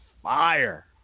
fire